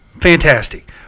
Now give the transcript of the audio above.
fantastic